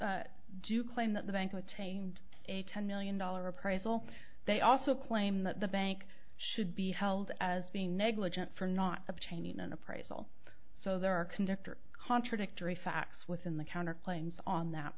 do claim that the bank attained a ten million dollar appraisal they also claim that the bank should be held as being negligent for not obtaining an appraisal so there are conductor contradictory facts within the counter claims on that